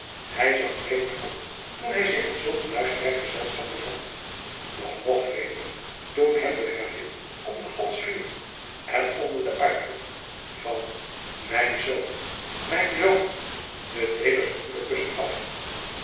hij zag vreemd op toen hij zich in zulk een luisterrijk gezelschap bevond doch nog vreemder toen hem de gravin om den hals viel en onder den uitroep van mijn zoon mijn zoon de tederste moederkussen gaf